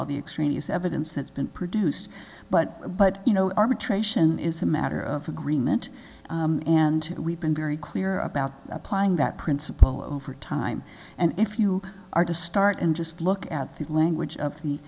all the extraneous evidence that's been produced but but you know arbitration is a matter of agreement and we've been very clear about applying that principle over time and if you are to start and just look at the language of the